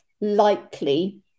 likely